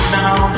now